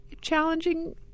challenging